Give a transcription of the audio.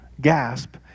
Gasp